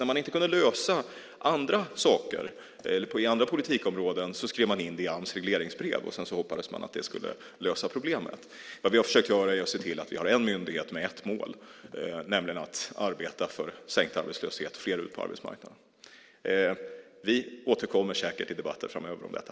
När man inte kunde lösa andra saker på andra politikområden skrev man in det i Ams regleringsbrev och hoppades att det skulle lösa problemet. Vad vi har försökt göra är att se till att vi har en myndighet med ett mål, nämligen att arbeta för sänkt arbetslöshet och för att fler ska komma ut på arbetsmarknaden. Vi återkommer säkert i debatter framöver om detta.